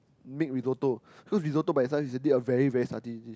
make Risotto so Risotto by itself is indeed a very very starchy already